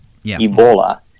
Ebola